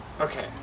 okay